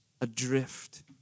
adrift